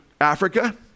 Africa